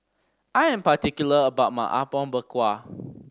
I am particular about my Apom Berkuah